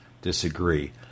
disagree